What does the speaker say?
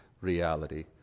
reality